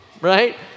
right